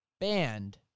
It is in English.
banned